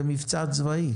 זה מבצע צבאי.